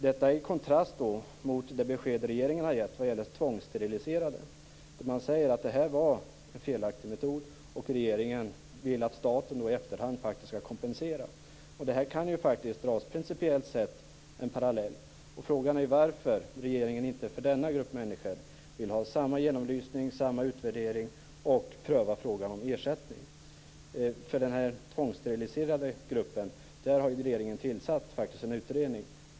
Detta står i kontrast till det besked regeringen har gett vad gäller tvångssteriliserade, där man säger att det här var en felaktig metod och att regeringen vill att staten i efterhand skall kompensera. Här kan faktiskt principiellt sett dras en parallell. Frågan är varför regeringen inte för denna grupp människor vill ha samma genomlysning, samma utvärdering och pröva frågan om ersättning. För gruppen tvångssteriliserade har regeringen tillsatt en utredning.